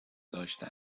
داشته